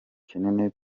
kinini